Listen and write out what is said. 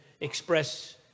express